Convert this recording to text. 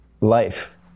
life